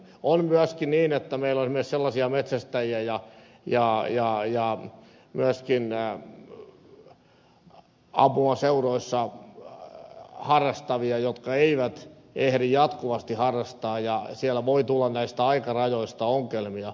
on myöskin niin että meillä on esimerkiksi sellaisia metsästäjiä ja myöskin ampumaseuroissa harrastavia jotka eivät ehdi jatkuvasti harrastaa ja siellä voi tulla näistä aikarajoista ongelmia